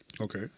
Okay